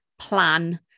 plan